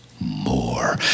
more